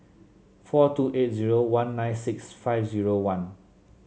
four two eight zero one nine six five zero one